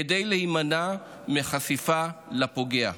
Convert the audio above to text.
כדי להימנע מחשיפה לפוגע.